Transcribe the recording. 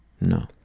No